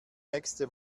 nächste